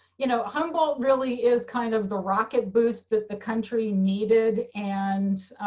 you know, humble really is kind of the rocket boost that the country needed and